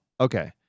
okay